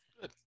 Good